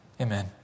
Amen